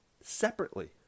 separately